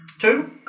Two